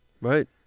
Right